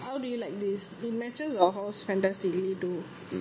how do you like this it matches our house fantastically though